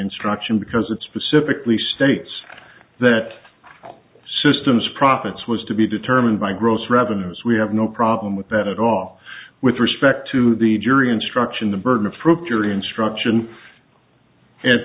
instruction because it specifically states that system's profits was to be determined by gross revenues we have no problem with that at all with respect to the jury instruction the burden of proof your instruction and